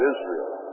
Israel